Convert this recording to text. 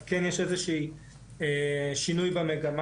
אז כן יש איזה שינוי במגמה.